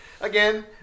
again